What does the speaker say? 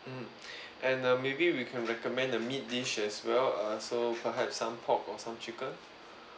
mm and uh maybe we can recommend the meat dish as well uh so perhaps some pork or some chicken